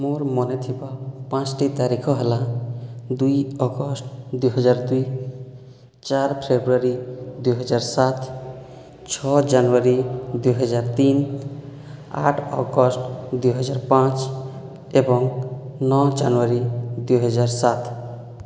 ମୋର୍ ମନେ ଥିବା ପାଞ୍ଚ୍ଟି ତାରିଖ ହେଲା ଦୁଇ ଅଗଷ୍ଟ ଦୁଇ ହଜାର ଦୁଇ ଚାରି ଫେବୃଆରୀ ଦୁଇ ହଜାର ସାତ ଛଅ ଜାନୁଆରୀ ଦୁଇ ହଜାର ତିନ ଆଠ ଅଗଷ୍ଟ ଦୁଇ ହଜାର ପାଞ୍ଚ ଏବଂ ନଅ ଜାନୁଆରୀ ଦୁଇ ହଜାର ସାତ